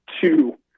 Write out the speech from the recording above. two